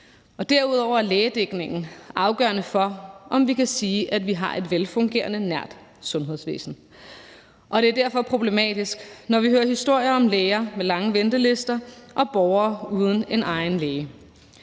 Derudover er lægedækningen afgørende for, om vi kan sige, at vi har et velfungerende nært sundhedsvæsen, og det er derfor problematisk, når vi hører historier om læger med lange ventelister og borgere uden en egen læge.